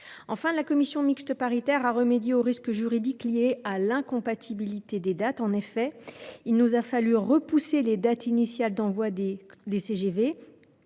Enfin, la commission mixte paritaire a remédié au risque juridique lié à l’incompatibilité des dates. En effet, il nous a fallu repousser les dates initiales d’envoi des